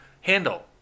handle